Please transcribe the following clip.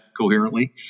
coherently